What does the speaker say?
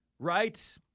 right